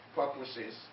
purposes